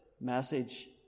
message